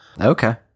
Okay